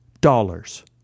Dollars